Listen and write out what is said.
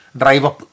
drive-up